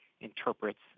interprets